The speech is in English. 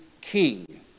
king